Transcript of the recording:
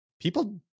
people